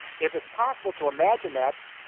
if it's possible to imagine that,